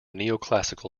neoclassical